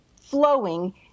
flowing